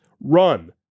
Run